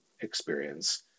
experience